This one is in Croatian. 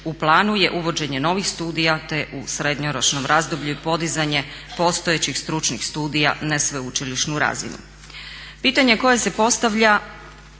U planu je uvođenje novih studija, te u srednjoročnom razdoblju i podizanje postojećih stručnih studija na sveučilišnu razinu. Pitanje koje se postavlja